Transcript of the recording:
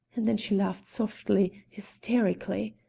and then she laughed softly, hysterically.